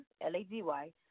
L-A-D-Y